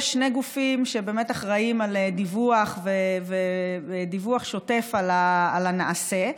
יש שני גופים שאחראים לדיווח שוטף על הנעשה: